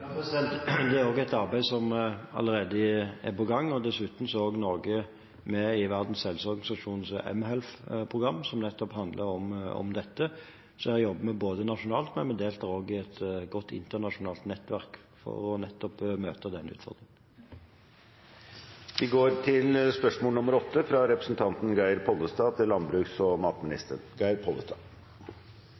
Det er også et arbeid som allerede er på gang, og dessuten er Norge med i Verdens helseorganisasjons mHealth Program, som nettopp handler om dette, så dette jobber vi med nasjonalt og deltar også i et godt internasjonalt nettverk for nettopp å møte